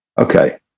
Okay